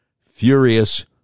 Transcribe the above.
furious